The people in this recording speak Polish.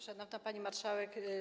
Szanowna Pani Marszałek!